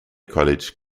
college